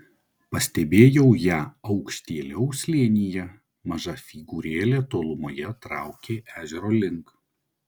pastebėjau ją aukštėliau slėnyje maža figūrėlė tolumoje traukė ežero link